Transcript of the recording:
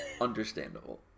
Understandable